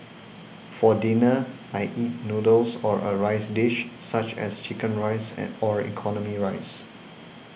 for dinner I eat noodles or a rice dish such as Chicken Rice and or economy rice